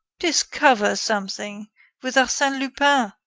discover something with arsene lupin!